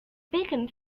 bacon